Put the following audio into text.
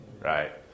Right